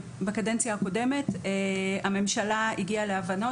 שבקדנציה הקודמת הממשלה הגיעה להבנות,